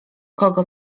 kogo